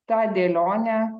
tą dėlionę